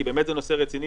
כי באמת זה נושא רציני,